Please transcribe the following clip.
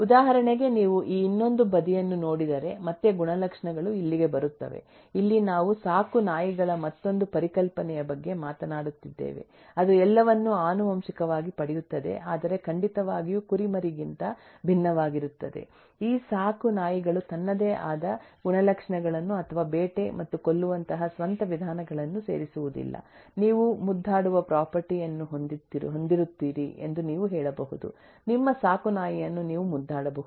ಉದಾಹರಣೆಗೆ ನೀವು ಈ ಇನ್ನೊಂದು ಬದಿಯನ್ನು ನೋಡಿದರೆ ಮತ್ತೆ ಗುಣಲಕ್ಷಣಗಳು ಇಲ್ಲಿಗೆ ಬರುತ್ತವೆ ಇಲ್ಲಿ ನಾವು ಸಾಕು ನಾಯಿಗಳ ಮತ್ತೊಂದು ಪರಿಕಲ್ಪನೆಯ ಬಗ್ಗೆ ಮಾತನಾಡುತ್ತಿದ್ದೇವೆ ಅದು ಎಲ್ಲವನ್ನೂ ಆನುವಂಶಿಕವಾಗಿ ಪಡೆಯುತ್ತದೆ ಆದರೆ ಖಂಡಿತವಾಗಿಯೂ ಕುರಿಮರಿಗಿಂತ ಭಿನ್ನವಾಗಿರುತ್ತದೆ ಈ ಸಾಕು ನಾಯಿಗಳು ತನ್ನದೇ ಆದ ಗುಣಲಕ್ಷಣಗಳನ್ನು ಅಥವಾ ಬೇಟೆ ಮತ್ತು ಕೊಲ್ಲುವಂತಹ ಸ್ವಂತ ವಿಧಾನಗಳನ್ನು ಸೇರಿಸುವುದಿಲ್ಲ ನೀವು ಮುದ್ದಾಡುವ ಪ್ರಾಪರ್ಟಿ ಯನ್ನು ಹೊಂದಿರುತ್ತೀರಿ ಎಂದು ನೀವು ಹೇಳಬಹುದು ನಿಮ್ಮ ಸಾಕು ನಾಯಿಯನ್ನು ನೀವು ಮುದ್ದಾಡಬಹುದು